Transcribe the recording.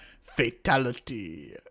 Fatality